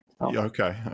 Okay